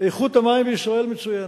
איכות המים בישראל מצוינת,